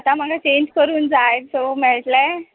आतां म्हाका चेंज करून जाय सो मेळटलें